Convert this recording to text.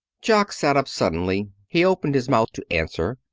jock sat up suddenly. he opened his mouth to answer.